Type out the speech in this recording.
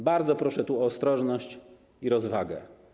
Bardzo proszę tu o ostrożność i rozwagę.